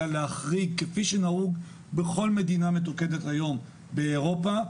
אלא להחריג כפי שנהוג בכל מדינה מתוקנת היום באירופה.